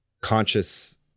conscious